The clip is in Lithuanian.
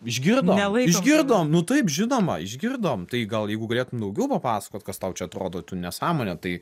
išgirdom išgirdom nu taip žinoma išgirdom tai gal jeigu galėtum daugiau papasakot kas tau čia atrodo tu nesąmonė tai